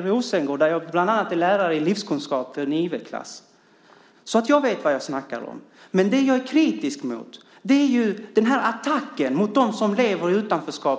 I Rosengård är jag verksam bland annat i livskunskap för en IV-klass. Jag vet vad jag snackar om. Men det som jag är kritisk mot är den attack